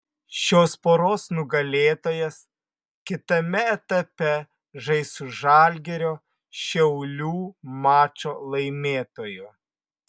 šios poros nugalėtojas kitame etape žais su žalgirio šiaulių mačo laimėtoju